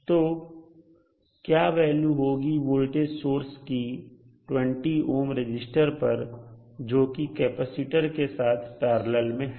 तो क्या वैल्यू होगी वोल्टेज की 20 ohm रजिस्टर पर जोकि कैपेसिटर के साथ पैरलल में है